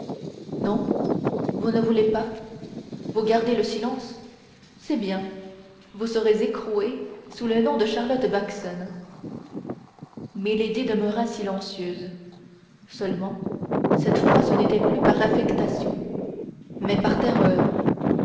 non vous ne voulez pas vous gardez le silence c'est bien vous serez écrouée sous le nom de charlotte backson milady demeura silencieuse seulement cette fois ce n'était plus par affectation mais par terreur